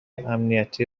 امنیتی